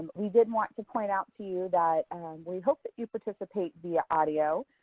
we did want to point out to you that we hope that you participate via audio,